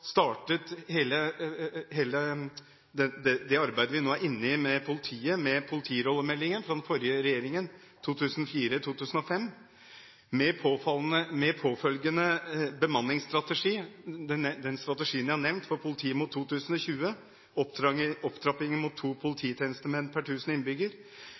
Hele det arbeidet vi nå er inne i med politiet, startet med politirollemeldingen fra den forrige regjeringen, i 2004–2005, med påfølgende bemanningsstrategi – den strategien jeg har nevnt, Politiet mot 2020 – opptrappingen mot to polititjenestemenn per